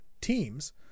Teams